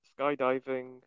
skydiving